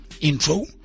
Intro